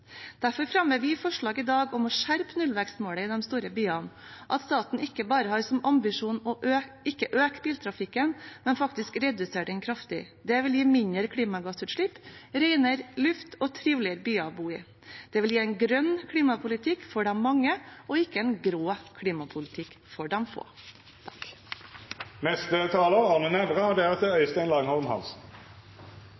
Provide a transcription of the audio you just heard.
Derfor fremmer vi i dag forslag om å skjerpe nullvekstmålet i de store byene – at staten ikke bare skal ha som ambisjon å ikke øke biltrafikken, men faktisk redusere den kraftig. Det vil gi mindre klimagassutslipp, renere luft og triveligere byer å bo i. Det vil gi en grønn klimapolitikk for de mange, og ikke en grå klimapolitikk for de få.